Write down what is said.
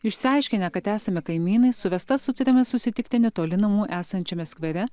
išsiaiškinę kad esame kaimynai su vesta sutarėme susitikti netoli namų esančiame skvere